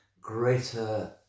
greater